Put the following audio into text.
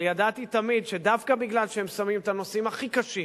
אבל ידעתי תמיד שדווקא משום שהם שמים את הנושאים הכי קשים,